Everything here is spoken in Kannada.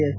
ಎಸ್